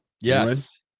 Yes